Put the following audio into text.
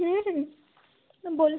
হুম বল